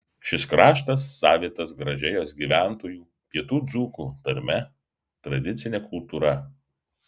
šis kraštas savitas gražia jos gyventojų pietų dzūkų tarme tradicine kultūra